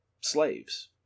slaves